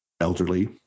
elderly